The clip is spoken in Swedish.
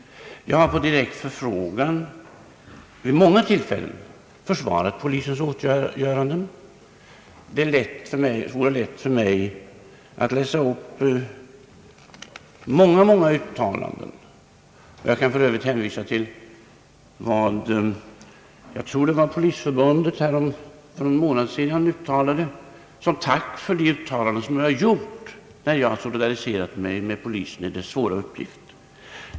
Jag har på direkt förfrågan vid många tillfällen försvarat polisens åtgöranden; det vore lätt för mig att läsa upp många uttalanden som bekräftar detta. Jag kan hänvisa till polisorganisationernas tack till mig för någon månad sedan med anledning av de uttalanden som jag gjort när jag har solidariserat mig med polisen i dess svåra uppgift.